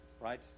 Right